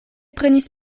prenis